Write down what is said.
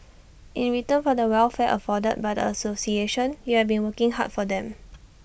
in return for the welfare afforded by the association you have been working hard for them